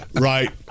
Right